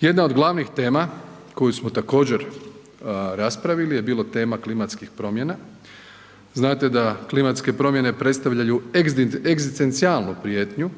Jedna od glavnih tema koju smo također raspravili je bilo tema klimatskih promjena, znate da klimatske promjene predstavljaju egzistencijalnu prijetnju